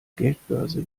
geldbörse